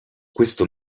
questo